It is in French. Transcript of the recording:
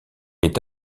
est